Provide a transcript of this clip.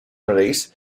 release